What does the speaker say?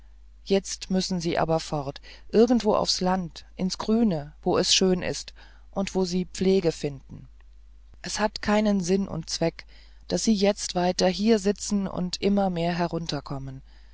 jetzt müssen sie aber fort irgendwo aufs land ins grüne wo es schön ist und wo sie pflege finden es hat keinen sinn und zweck daß sie jetzt weiter hier sitzen und immer mehr herunterkommen